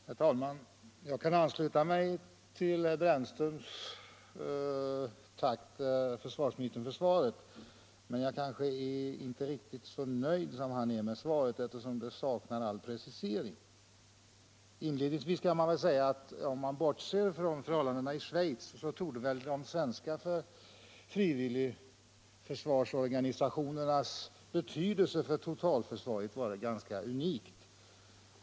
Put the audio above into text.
Herr talman! Jag kan ansluta mig till herr Brännströms tack till försvarsministern för svaret, men jag kanske inte är riktigt lika nöjd som han eftersom svaret saknar all precisering. Inledningsvis kan man säga att om man bortser från förhållandena i Schweiz torde de svenska frivilligförsvarsorganisationernas betydelse för totalförsvaret vara ganska unik.